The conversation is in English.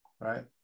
right